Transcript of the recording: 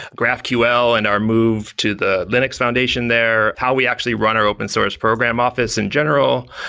graphql and our move to the linux foundation there. how we actually run our open source program office in general.